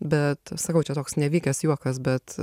bet sakau čia toks nevykęs juokas bet